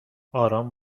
آرام